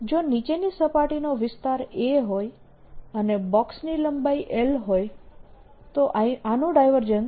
જો નીચેની સપાટીનો વિસ્તાર a હોય અને બોક્સની લંબાઈ l હોય તો આનું ડાયવર્જન્સ